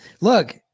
look